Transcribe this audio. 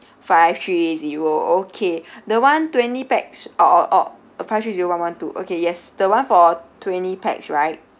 five three zero okay the one twenty pax or or or five three zero one one two okay yes the one for twenty pax right